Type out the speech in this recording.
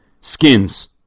skins